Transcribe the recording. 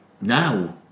now